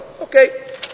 Okay